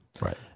Right